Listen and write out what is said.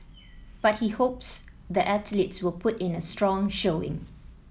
but he hopes the athletes will put in a strong showing